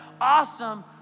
awesome